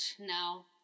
now